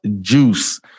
juice